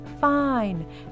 fine